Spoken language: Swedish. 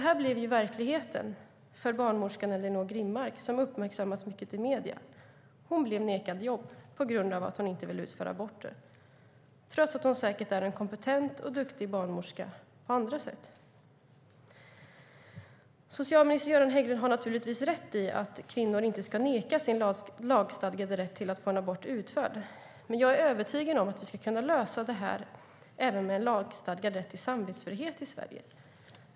Det blev verkligheten för barnmorskan Ellinor Grimmark som uppmärksammats mycket i medierna. Hon blev nekad jobb på grund av att hon inte vill utföra aborter, trots att hon säkert är en kompetent och duktig barnmorska på andra sätt. Socialminister Göran Hägglund har naturligtvis rätt i att kvinnor inte ska nekas sin lagstadgade rätt att få en abort utförd, men jag är övertygad om att vi kan lösa det även om vi har en lagstadgad rätt till samvetsfrihet i Sverige.